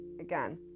again